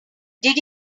did